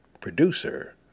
producer